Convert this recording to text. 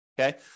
okay